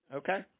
okay